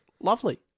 Lovely